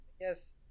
Yes